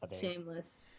Shameless